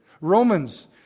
Romans